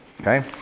Okay